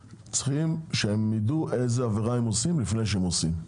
צריכים שהם ידעו על איזו עבירה מדובר לפני שהם עושים אותה.